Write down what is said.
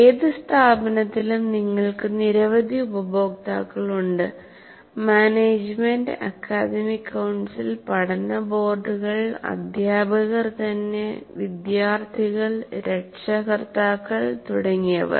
ഏത് സ്ഥാപനത്തിലും നിങ്ങൾക്ക് നിരവധി ഉപഭോക്താക്കളുണ്ട് മാനേജ്മെന്റ് അക്കാദമിക് കൌൺസിൽ പഠന ബോർഡുകൾ അധ്യാപകർ തന്നെ വിദ്യാർത്ഥികൾ രക്ഷകർത്താക്കൾ തുടങ്ങിയവർ